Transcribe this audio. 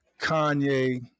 Kanye